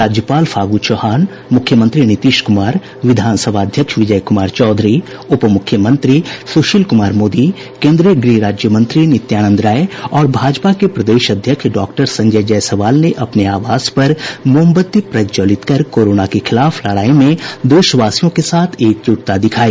राज्यपाल फागू चौहान मुख्यमंत्री नीतीश कुमार विधानसभा अध्यक्ष विजय कुमार चौधरी उपमुख्यमंत्री सुशील कुमार मोदी केन्द्रीय गृह राज्य मंत्री नित्यानंद राय और भाजपा के प्रदेश अध्यक्ष डॉक्टर संजय जायसवाल ने अपने आवास पर मोमबत्ती प्रज्जवलित कर कोरोना के खिलाफ लड़ाई में देशवासियों के साथ एकजुटता दिखाई